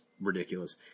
ridiculous